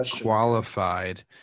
qualified